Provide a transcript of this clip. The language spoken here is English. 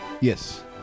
Yes